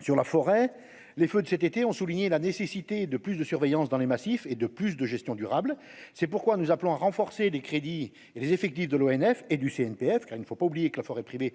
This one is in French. sur la forêt, les feux de cet été ont souligné la nécessité de plus de surveillance dans les massifs et de plus de gestion durable, c'est pourquoi nous appelons à renforcer les crédits et les effectifs de l'ONF et du CNPF, car il ne faut pas oublier que la forêt privée